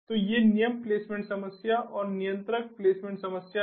तो ये नियम प्लेसमेंट समस्या और नियंत्रक प्लेसमेंट समस्या हैं